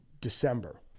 december